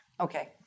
Okay